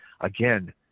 Again